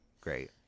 Great